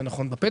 זה נכון ---,